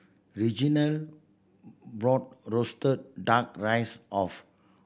Reginal bought roasted Duck Rice of